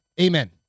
Amen